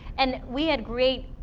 and we had great,